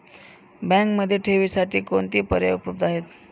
बँकेमध्ये ठेवींसाठी कोणते पर्याय उपलब्ध आहेत?